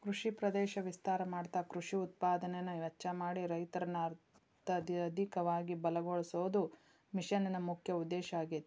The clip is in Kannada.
ಕೃಷಿ ಪ್ರದೇಶ ವಿಸ್ತಾರ ಮಾಡ್ತಾ ಕೃಷಿ ಉತ್ಪಾದನೆನ ಹೆಚ್ಚ ಮಾಡಿ ರೈತರನ್ನ ಅರ್ಥಧಿಕವಾಗಿ ಬಲಗೋಳಸೋದು ಮಿಷನ್ ನ ಮುಖ್ಯ ಉದ್ದೇಶ ಆಗೇತಿ